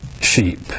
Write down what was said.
sheep